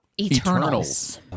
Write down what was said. Eternals